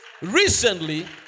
Recently